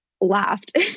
laughed